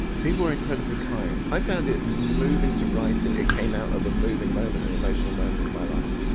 people were incredibly kind. i found it moving to write it, it came out of a moving moment, an emotional moment in my life.